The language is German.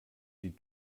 die